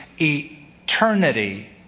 eternity